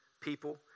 people